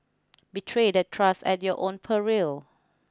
betray that trust at your own peril